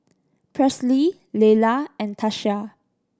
Presley Lelar and Tatia